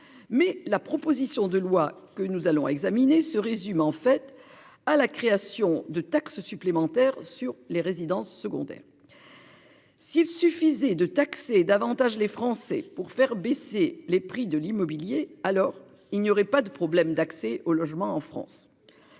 Mais la proposition de loi que nous allons examiner se résume en fait à la création de taxes supplémentaires sur les résidences secondaires. S'il suffisait de taxer davantage les Français pour faire baisser les prix de l'immobilier, alors il n'y aurait pas de problème d'accès au logement en France.